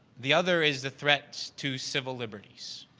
the other is the threat to civil liberties.